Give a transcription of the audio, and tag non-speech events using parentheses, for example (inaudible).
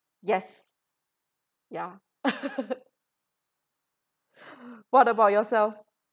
yes ya (laughs) what about yourself